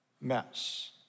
mess